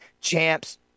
champs